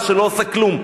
הממשלה, שלא עושה כלום.